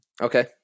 Okay